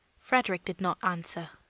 frederick did not answer.